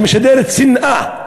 שמשדרת שנאה,